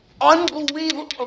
unbelievable